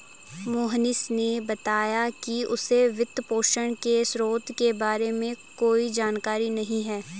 मोहनीश ने बताया कि उसे वित्तपोषण के स्रोतों के बारे में कोई जानकारी नही है